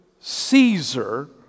Caesar